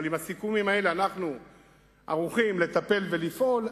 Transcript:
אבל עם הסיכומים האלה אנחנו ערוכים לטפל ולפעול,